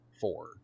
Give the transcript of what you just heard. four